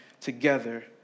together